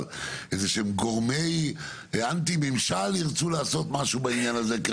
אבל איזה שהם גורמי אנטי ממשל ירצו לעשות משהו בעניין הזה.